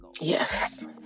Yes